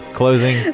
closing